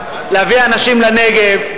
להביא אנשים לנגב,